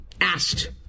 asked